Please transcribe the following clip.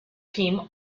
team